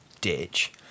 ditch